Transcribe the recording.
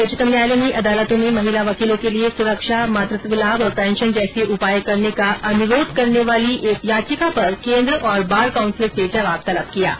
उच्चतम न्यायालय ने अदालतों में महिला वकीलों के लिये सुरक्षा मातृत्व लाभ और पेशन जैसे उपाय करने का अनुरोध करने वाली एक याचिका पर केन्द्र और बार काउंसिल से जवाब तलब किया है